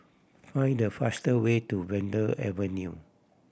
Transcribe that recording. find the faster way to Vanda Avenue